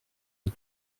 and